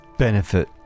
Benefit